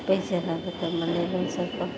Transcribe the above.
ಬೇಜಾರಾಗುತ್ತೆ ಮನೇಲಿ ಒಂದು ಸ್ವಲ್ಪ